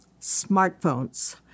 Smartphones